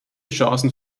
chancen